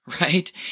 right